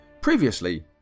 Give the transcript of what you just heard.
Previously